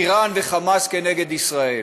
איראן וחמאס כנגד ישראל.